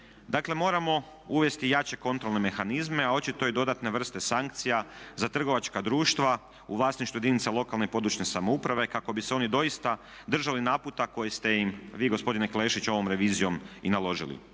Dakle, moramo uvesti jače kontrolne mehanizme, a očito i dodatne vrste sankcija za trgovačka društva u vlasništvu jedinica lokalne i područne samouprave kako bi se oni doista držali naputa koji ste im vi gospodine Klešić ovom revizijom i naložili.